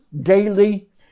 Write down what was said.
daily